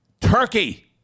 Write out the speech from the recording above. Turkey